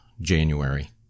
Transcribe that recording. January